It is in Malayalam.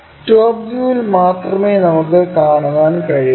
ടോപ് വ്യൂവിൽ മാത്രമേ നമുക്ക് കാണാൻ കഴിയൂ